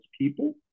people